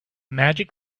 magic